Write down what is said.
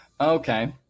okay